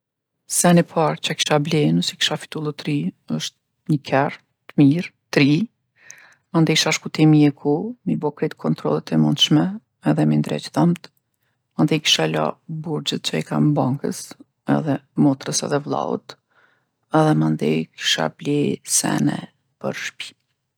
Sen i parë ça kisha ble nëse kisha fitu llutri është ni ker t'mirë, t'ri, mandej isha shku te mjeku mi bo krejt kontrollet e mundshme edhe mi ndreq dhomt, mandej i kisha la borxhet që i kam bankës edhe motrës edhe vllaut edhe mandej kisha ble sene për shpi.